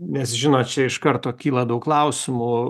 nes žinot čia iš karto kyla daug klausimų